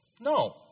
No